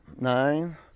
nine